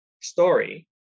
story